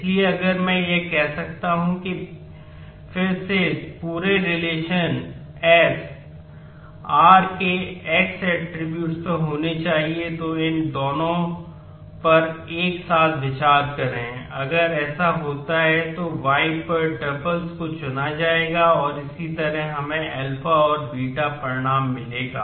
इसलिए अगर मैं यह कह सकता हूँ कि फिर से पूरे रिलेशन को चुना जाएगा और इसी तरह हमें α और β का परिणाम मिलेगा